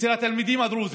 אצל התלמידים הדרוזים.